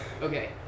Okay